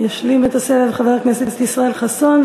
ישלים את הסבב חבר הכנסת ישראל חסון.